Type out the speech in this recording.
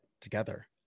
together